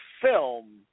film